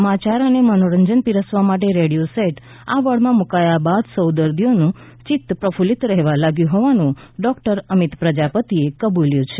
સમાચાર અને મનોરંજન પીરસવા માટે રેડિયો સેટ આ વોર્ડમાં મુકાયા બાદ સૌ દર્દીઓનું ચિત પ્રફલ્લિત રહેવા લાગ્યું હોવાનું ડોક્ટર અમિત પ્રજાપતિ એ કબૂલ્યું છે